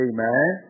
Amen